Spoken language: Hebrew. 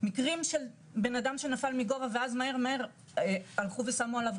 מקרה של אדם שנפל מגובה ואז מהר שמו עליו